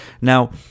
Now